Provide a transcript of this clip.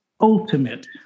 ultimate